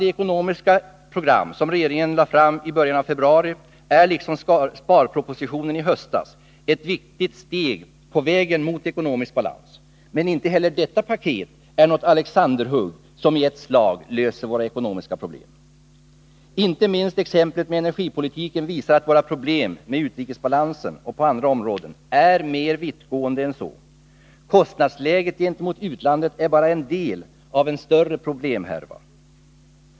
Det ekonomiska program som regeringen lade fram i början av februari är liksom sparpropositionen i höstas ett viktigt steg på vägen mot ekonomisk balans. Men inte heller detta paket är något Alexanderhugg som i ett slag löser våra ekonomiska problem. Inte minst exemplet med energipolitiken visar att våra problem, med utrikesbalansen och på andra områden, är mer vittgående än så. Kostnadsläget i förhållande till utlandet är bara en del av en större problemhärva.